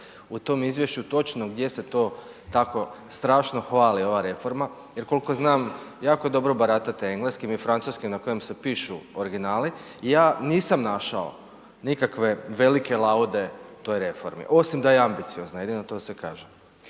u tom izvješću točno gdje se to tako strašno hvali ova reforma. Jer koliko znam jako dobro baratate engleskim i francuskim na kojem se pišu originali, ja nisam našao nikakve velike laude toj reformi osim da je ambiciozna. Jedino to se i kaže.